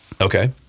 Okay